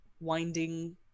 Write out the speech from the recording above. winding